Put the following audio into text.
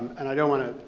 and i don't wanna,